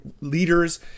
leaders